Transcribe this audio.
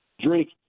drink